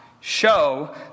show